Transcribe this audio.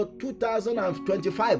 2025